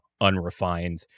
unrefined